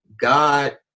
God